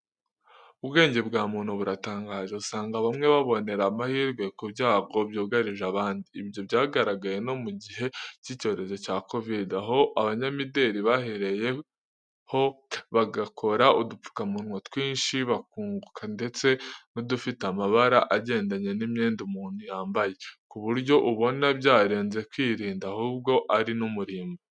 Ubwenge bwa muntu buratangaje, usanga bamwe babonera amahirwe ku byago byugarije abandi. Ibyo byaragaragaye no mu gihe cy'icyorezo cya Covid, aho abanyamideri bahereyeho bagakora udupfukamunwa twinshi bakunguka ndetse n'udufite amabara agendanye n'imyenda umuntu yambaye, ku buryo ubona byarenze kwirinda ahubwo ari n'umurimbo.